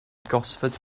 gosford